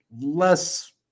less